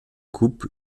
coupe